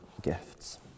gifts